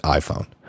iPhone